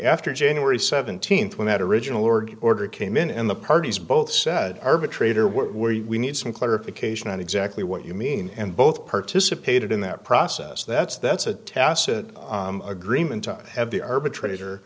after january seventeenth when that original org order came in in the parties both said arbitrator what we need some clarification on exactly what you mean and both participated in that process that's that's a tacit agreement to have the arbitrator